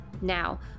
Now